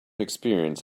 experience